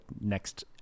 next